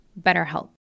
BetterHelp